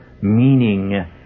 meaning